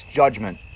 judgment